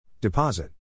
Deposit